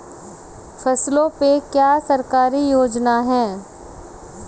फसलों पे क्या सरकारी योजना है?